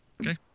okay